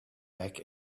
back